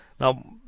Now